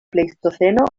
pleistoceno